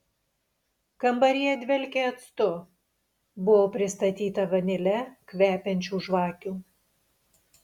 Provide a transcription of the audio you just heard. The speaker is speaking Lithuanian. kambaryje dvelkė actu buvo pristatyta vanile kvepiančių žvakių